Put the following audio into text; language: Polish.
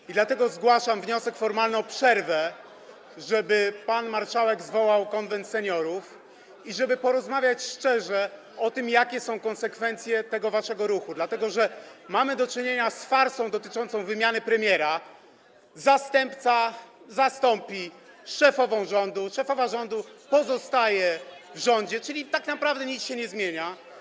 I dlatego zgłaszam wniosek formalny o przerwę, żeby pan marszałek zwołał Konwent Seniorów, żeby porozmawiać szczerze o tym, jakie są konsekwencje tego waszego ruchu, dlatego że mamy do czynienia z farsą dotyczącą wymiany premiera: zastępca zastąpi szefową rządu, szefowa rządu pozostaje w rządzie, czyli tak naprawdę nic się nie zmienia.